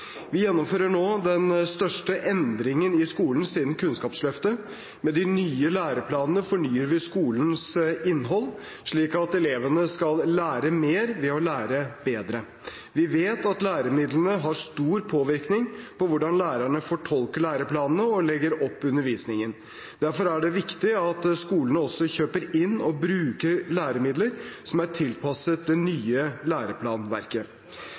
Vi gjennomfører nå den største endringen i skolen siden Kunnskapsløftet. Med de nye læreplanene fornyer vi skolens innhold slik at elevene skal lære mer ved å lære bedre. Vi vet at læremidlene har stor påvirkning på hvordan lærerne fortolker læreplanene og legger opp undervisningen. Derfor er det viktig at skolene også kjøper inn og bruker læremidler som er tilpasset det nye læreplanverket.